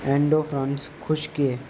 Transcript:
and of runs خشکے